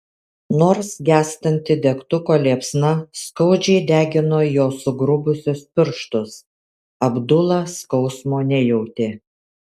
nors gęstanti degtuko liepsna skaudžiai degino jo sugrubusius pirštus abdula skausmo nejautė